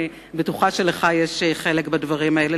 אני בטוחה שיש לך חלק בדברים האלה.